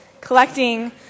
collecting